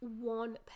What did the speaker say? one